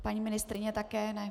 Paní ministryně také ne.